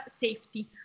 safety